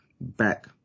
back